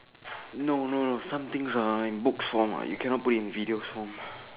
no no no something are in books form what you cannot put in video form